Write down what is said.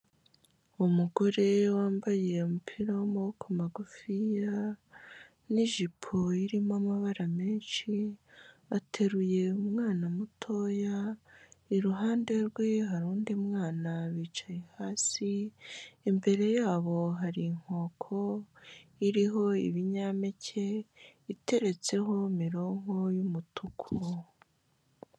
Umugore wambaye umupira w'amaboko magufiya n'ijipo irimo amabara menshi, ateruye umwana mutoya, iruhande rwe hari undi mwana bicaye hasi, imbere yabo hari inkoko iriho ibinyampeke iteretseho mironko y'umutuku.